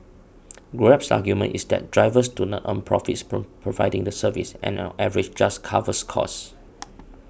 grab's argument is that drivers do not earn profits from providing the service and on average just covers costs